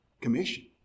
commission